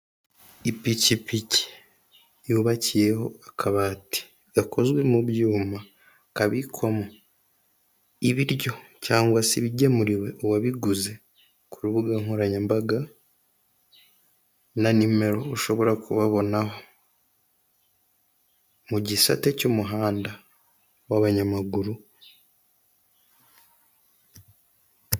Ipikipiki y’ubakiyeho akabati gakozwe mu byuma kabikwamo ibiryo cyangwa se ibigemuriwe uwabiguze kumbuga nkoranyambaga, na nimero ushobora kubabona mu gisate cy'umuhanda w'abanyamaguru.